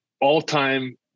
All-time